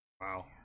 Wow